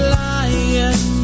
lying